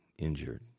injured